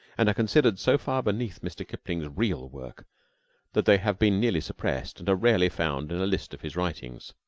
and are considered so far beneath mr. kipling's real work that they have been nearly suppressed and are rarely found in a list of his writings.